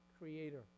creator